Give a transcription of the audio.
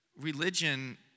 religion